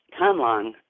timeline